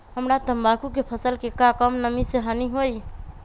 हमरा तंबाकू के फसल के का कम नमी से हानि होई?